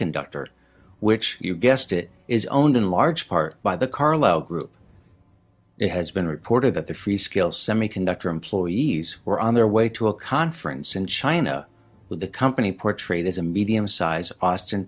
semiconductor which you guessed it is only in large part by the carlow group it has been reported that the freescale semiconductor employees were on their way to a conference in china with the company portrayed as a medium size austin